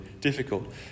difficult